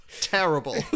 Terrible